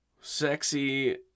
sexy